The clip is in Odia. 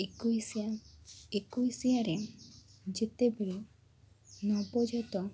ଏକୋଇଶିଆ ଏକୋଇଶିଆରେ ଯେତେବେଳେ ନବଜାତ